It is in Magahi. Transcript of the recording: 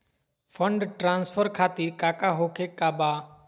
फंड ट्रांसफर खातिर काका होखे का बा?